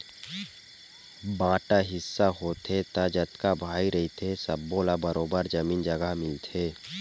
बांटा हिस्सा होथे त जतका भाई रहिथे सब्बो ल बरोबर जमीन जघा मिलथे